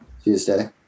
Tuesday